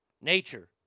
Nature